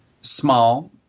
small